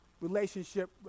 relationship